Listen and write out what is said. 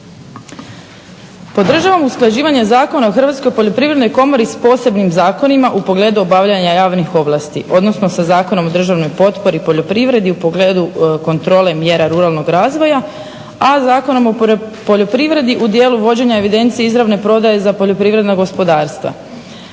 Podržavam usklađivanje Zakona o Hrvatskoj poljoprivrednoj komori s posebnim zakonima u pogledu obavljanja javnih ovlasti odnosno sa Zakonom o državnoj potpori poljoprivredi u pogledu kontrole mjera ruralnog razvoja. A Zakonom o poljoprivredi u dijelu vođenja evidencije izravne prodaje za poljoprivredna gospodarstva.